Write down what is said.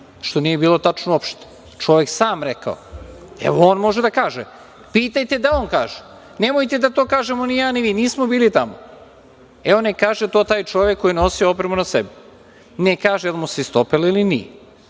što nije bilo tačno uopšte. Čovek je sam rekao. Evo, on može da kaže. Pitajte da on kaže. Nemojte da to kažemo ni ja, ni vi, nismo bili tamo. Evo, neka kaže to taj čovek koji je nosio opremu na sebi. Neka kaže da li mu se istopila ili